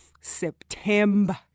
September